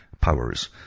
powers